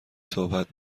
صحبت